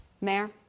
Mayor